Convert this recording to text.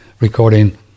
recording